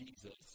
Jesus